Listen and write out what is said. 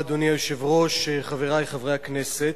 אדוני היושב-ראש, תודה רבה, חברי חברי הכנסת,